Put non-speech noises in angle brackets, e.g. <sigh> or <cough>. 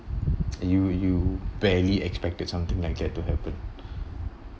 <noise> you you barely expected something like that to happen